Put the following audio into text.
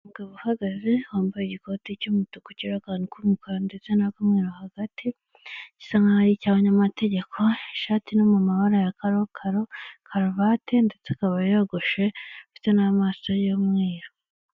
Umugabo uhagaze wambaye ikoti cy'umutuku kiriho akantu k'umukara ndetse n’ akumweru hagati isa nk'a icy'aba nyamategeko ishati yo mu mabara ya karokaro karuvate ndetse akaba yogoshe afite n'amaso y'umweru.